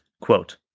Quote